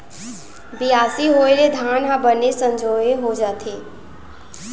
बियासी होय ले धान ह बने संजोए हो जाथे